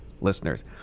listeners